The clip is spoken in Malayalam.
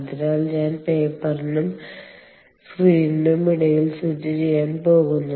അതിനാൽ ഞാൻ പേപ്പറിനും സ്ക്രീനിനുമിടയിൽ സ്വിച്ച് ചെയ്യാൻ പോകുന്നു